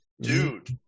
Dude